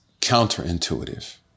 counterintuitive